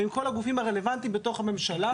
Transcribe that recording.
ועם כל הגופים הרלוונטיים בתוך הממשלה,